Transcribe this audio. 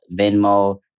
Venmo